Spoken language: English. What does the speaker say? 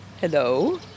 Hello